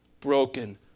broken